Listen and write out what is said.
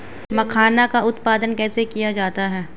मखाना का उत्पादन कैसे किया जाता है?